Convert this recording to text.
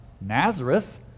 Nazareth